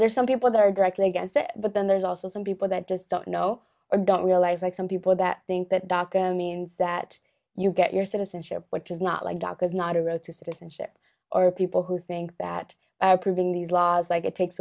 there's some people that are directly against it but then there's also some people that just don't know or don't realize like some people that think that dach means that you get your citizenship which is not like doctors not a road to citizenship or people who think that these laws like it takes